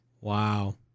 Wow